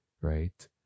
right